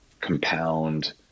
compound